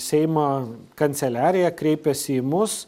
seimo kanceliarija kreipėsi į mus